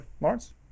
Lawrence